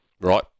Right